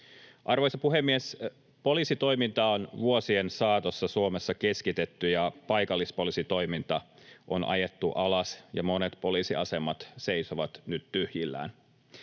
Arvoisa puhemies! Poliisitoimintaa on vuosien saatossa Suomessa keskitetty, paikallispoliisitoiminta on ajettu alas, ja monet poliisiasemat seisovat nyt tyhjillään.